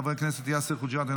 חבר הכנסת יאסר חוג'יראת,